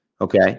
okay